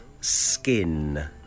skin